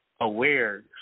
aware